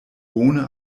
bone